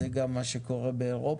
זה גם מה שקורה באירופה.